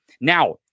now